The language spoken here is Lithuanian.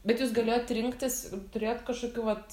bet jūs galėjot rinktis turėjot kažkokių vat